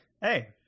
Hey